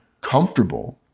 comfortable